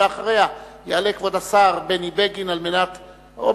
אחריה יעלה כבוד השר בני בגין, מהצד.